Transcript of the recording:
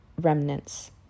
remnants